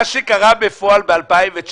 מה שקרה בפועל ב-2019.